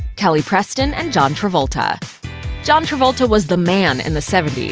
kelly preston and john travolta john travolta was the man in the seventy